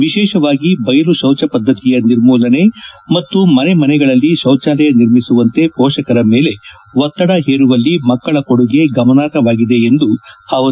ವಿಶೇಷವಾಗಿ ಬಯಲು ಶೌಚ ಪದ್ದತಿಯ ನಿರ್ಮೂಲನೆ ಹಾಗೂ ಮನೆ ಮನೆಗಳಲ್ಲಿ ಶೌಚಾಲಯ ನಿರ್ಮಿಸುವಂತೆ ಪೋಷಕರ ಮೇಲೆ ಒತ್ತಡ ಹೇರುವಲ್ಲಿ ಮಕ್ಕಳ ಕೊಡುಗೆ ಗಮನಾರ್ಹವಾಗಿದೆ ಎಂದರು